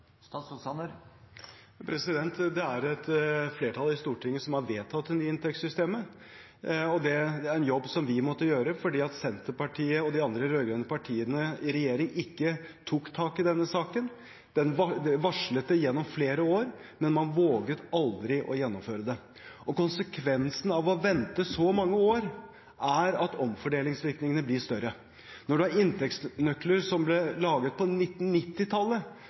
Det er et flertall i Stortinget som har vedtatt det nye inntektssystemet, og det var en jobb vi måtte gjøre fordi Senterpartiet og de andre rød-grønne partiene i regjering ikke tok tak i denne saken. De varslet det gjennom flere år, men man våget aldri å gjennomføre det. Konsekvensen av å vente så mange år er at omfordelingsvirkningene blir større. Når man har inntektsnøkler som ble laget på